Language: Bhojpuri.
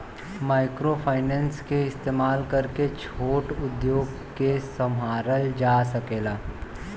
माइक्रोफाइनेंस के इस्तमाल करके छोट उद्योग के सवारल जा सकेला